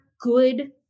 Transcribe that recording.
good